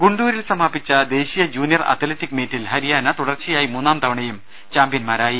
ഗുണ്ടൂരിൽ സമാപിച്ച ദേശീയ junior athletic മീറ്റിൽ ഹരി യാന തുടർച്ചയായി മൂന്നാംതവണയും ചാമ്പൃന്മാരായി